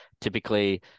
Typically